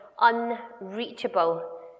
unreachable